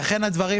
אכן הדברים